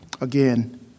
again